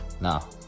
now